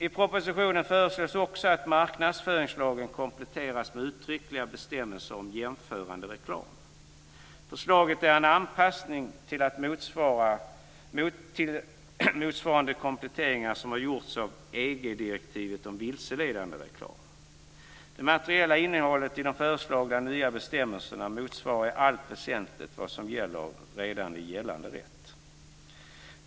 I propositionen föreslås också att marknadsföringslagen kompletteras med uttryckliga bestämmelser om jämförande reklam. Förslaget är en anpassning till motsvarande kompletteringar som har gjorts av EG-direktivet om vilseledande reklam. Det materiella innehållet i de förslagna nya bestämmelserna motsvarar i allt väsentligt vad som gäller redan i gällande rätt.